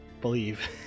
believe